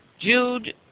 Jude